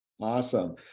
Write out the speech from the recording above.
Awesome